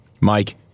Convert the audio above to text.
Mike